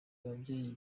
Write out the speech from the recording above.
ababyeyi